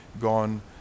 gone